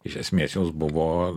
iš esmės jos buvo